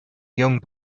young